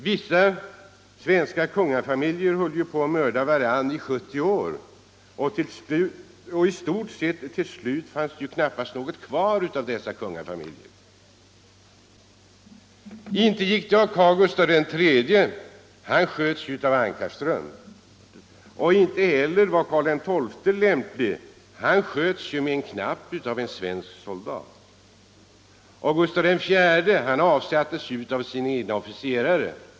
Vissa svenska kungafamiljer höll ju på att mörda varann i 70 år tills det knappast fanns något kvar av dessa kungafamiljer. Inte gick det att ta Gustav III. Han sköts ju av Anckarström. Inte heller var Karl XII lämplig, han sköts ju med en knapp av en svensk soldat, och Gustav IV Adolf avsattes av sina egna officerare.